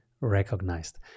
recognized